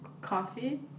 coffee